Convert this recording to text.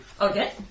Okay